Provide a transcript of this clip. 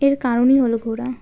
এর কারণই হলো ঘোরা